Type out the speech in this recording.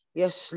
yes